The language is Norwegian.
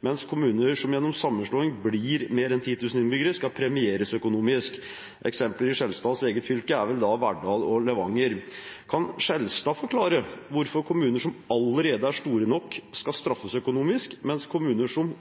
mens kommuner som gjennom sammenslåing blir på mer enn 10 000 innbyggere, skal premieres økonomisk. Eksempler i Skjelstads eget fylke er vel Verdal og Levanger. Kan Skjelstad forklare hvorfor kommuner som allerede er store nok, skal straffes økonomisk, mens kommuner som